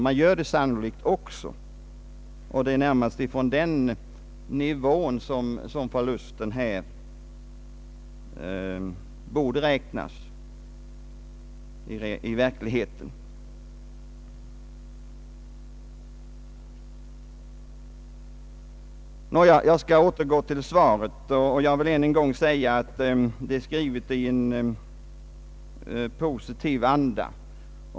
Så är sannolikt förhållandet, och det är egentligen från den nivån som förlusten bör räknas. Nåja, jag skall återgå till svaret och vill än en gång säga att det är skrivet i en positiv anda.